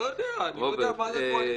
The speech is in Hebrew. אתה באתה לחוק השני.